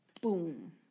boom